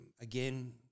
Again